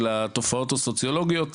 לתופעות הסוציולוגיות,